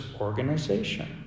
organization